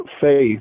faith